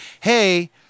hey